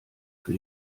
für